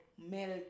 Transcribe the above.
melt